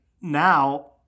now